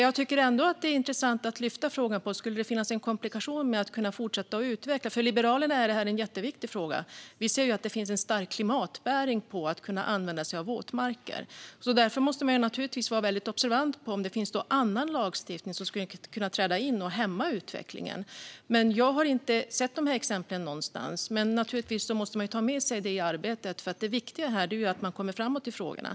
Jag tycker ändå att det är intressant att lyfta fram frågan om det skulle kunna finnas en komplikation med att kunna fortsätta att utveckla våtmarker. För Liberalerna är det en jätteviktig fråga. Vi ser att det finns en stark klimatbäring på att kunna använda sig av våtmarker. Därför måste man naturligtvis vara väldigt observant på om det finns annan lagstiftning som skulle kunna träda in och hämma utvecklingen. Jag har inte sett de exemplen någonstans. Men man måste naturligtvis ta med sig det i arbetet. Det viktiga här är att man kommer framåt i frågorna.